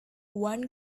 one